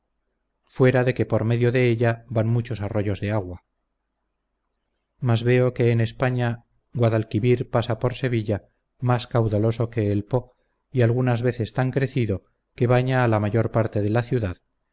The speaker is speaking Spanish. fuera de que por medio de ella van muchos arroyos de agua mas veo que en españa guadalquivir pasa por sevilla más caudaloso que el po y algunas veces tan crecido que baña a la mayor parte de la ciudad